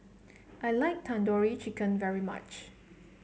I like Tandoori Chicken very much